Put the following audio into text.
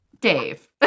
Dave